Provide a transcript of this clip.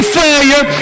failure